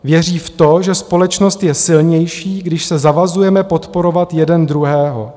Věří v to, že společnost je silnější, když se zavazujeme podporovat jeden druhého.